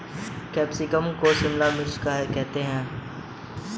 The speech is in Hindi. कैप्सिकम को शिमला मिर्च करते हैं